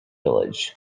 village